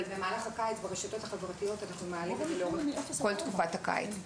אבל ברשתות החברתיות אנחנו מעלים את זה לאורך כל תקופת הקיץ.